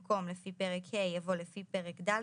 במקום "לפי פרק ה'" יבוא "לפי פרק ד',